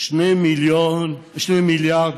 2 מיליארד